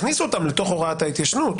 הכניסו אותם לתוך הוראת ההתיישנות.